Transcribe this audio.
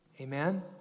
amen